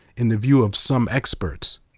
in the view of some experts.